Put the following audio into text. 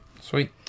Sweet